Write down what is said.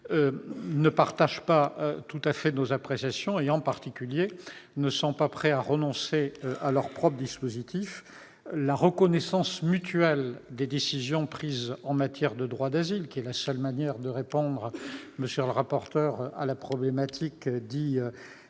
ne partagent pas tout à fait nos appréciations et, en particulier, ne sont pas prêts à renoncer à leur propre dispositif. La reconnaissance mutuelle des décisions prises en matière de droit d'asile, seule manière de répondre à la problématique des